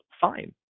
fine